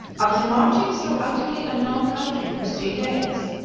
after marching through utterly unknown country for three days,